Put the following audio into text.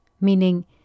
Meaning